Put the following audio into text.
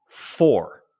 Four